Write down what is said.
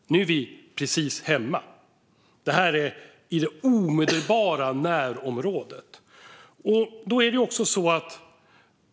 Nu är vi precis hemma. Det här är i det omedelbara närområdet.